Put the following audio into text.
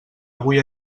avui